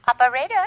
Operator